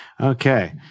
Okay